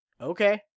okay